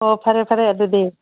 ꯑꯣ ꯐꯔꯦ ꯐꯔꯦ ꯑꯗꯨꯗꯤ